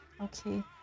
okay